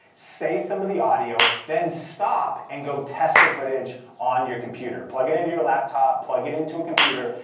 say some of the audio, then stop and go test the footage on your computer. plug it into your laptop, plug it into a computer,